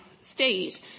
state